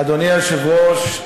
אדוני היושב-ראש,